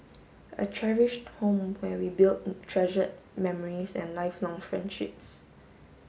a cherished home where we build treasured memories and lifelong friendships